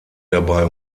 dabei